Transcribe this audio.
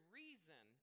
reason